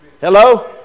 Hello